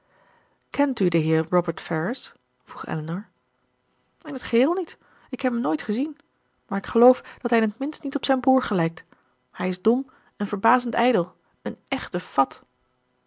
kent u den heer robert ferrars vroeg elinor in t geheel niet ik heb hem nooit gezien maar ik geloof dat hij in t minst niet op zijn broer gelijkt hij is dom en verbazend ijdel een echte fat